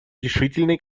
решительный